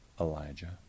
Elijah